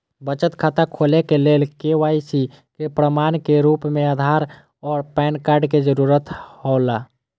बचत खाता खोले के लेल के.वाइ.सी के प्रमाण के रूप में आधार और पैन कार्ड के जरूरत हौला